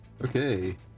Okay